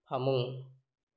ꯐꯃꯨꯡ